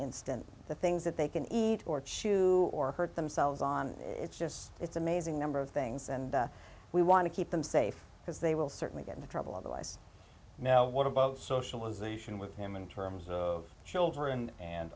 instant the things that they can eat or chew or hurt themselves on it's just it's amazing number of things and we want to keep them safe because they will certainly get into trouble otherwise now what about socialization with him in terms children and